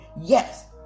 yes